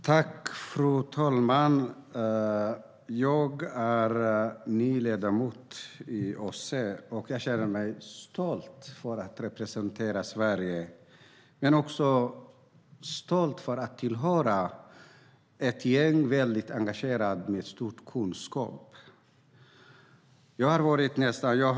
Fru talman! Jag är ny ledamot i OSSE och känner mig stolt över att representera Sverige men också stolt över att tillhöra ett gäng väldigt engagerade människor med stor kunskap.